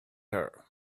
her